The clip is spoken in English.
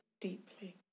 deeply